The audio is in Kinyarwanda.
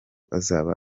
azaba